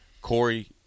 Corey